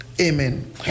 Amen